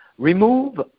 Remove